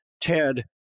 Ted